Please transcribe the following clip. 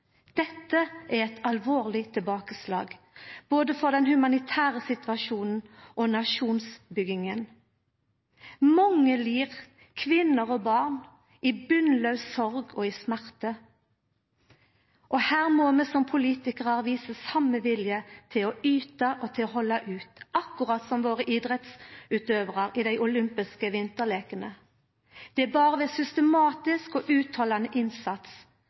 Dette er eit alvorleg tilbakeslag, både for den humanitære situasjonen og for nasjonsbygginga. Mange lir, kvinner og barn – i botnlaus sorg og i smerte. Her må vi som politikarar visa den same viljen til å yta og til å halda ut, akkurat som våre idrettsutøvarar i dei olympiske vinterleikane. Det er berre ved systematisk og uthaldande innsats